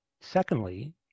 Secondly